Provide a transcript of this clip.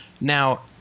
Now